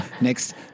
Next